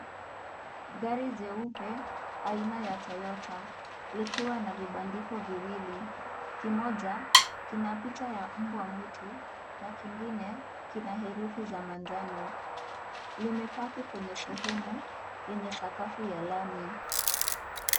Gari jeupe aina ya Toyota likiwa na vibandiko viwili, kimoja kina picha ya mbwa mwitu na kingine kina herufi za manjano. Limepaki kwenye sehemu yenye sakafu ya lami.